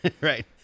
right